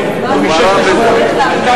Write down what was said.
או משש לשמונה.